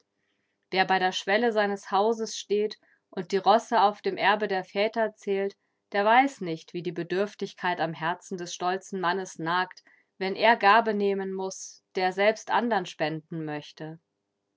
wer bei der schwelle seines hauses steht und die rosse auf dem erbe der väter zählt der weiß nicht wie die bedürftigkeit am herzen des stolzen mannes nagt wenn er gabe nehmen muß der selbst anderen spenden möchte